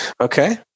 okay